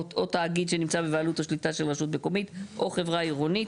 או תגיד שנמצאת בבעלות השליטה של רשות מקומית או חברה עירונית